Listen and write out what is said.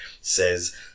says